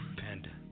panda